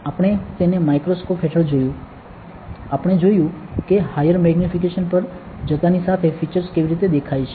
આપણે તેને માઇક્રોસ્કોપ હેઠળ જોયું આપણે જોયું કે હાયર મેગ્નીફિકેશન પર જતાની સાથે ફીચર્સ કેવી રીતે દેખાય છે